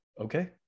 okay